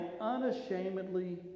unashamedly